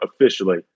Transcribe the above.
officially